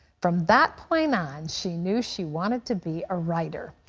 from that point on, she knew she wanted to be a writer.